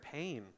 pain